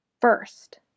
first